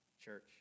Church